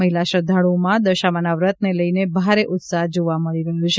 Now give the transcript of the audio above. મહિલા શ્રધ્ધાળુઓમાં દશામાના વ્રતને લઈ ભારે ઉત્સાહ જોવા મળી રહયો છે